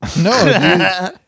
No